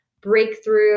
breakthrough